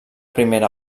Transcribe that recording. primera